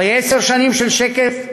אחרי עשר שנים של שקט,